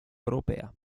europea